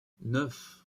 neuf